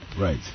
Right